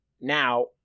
Now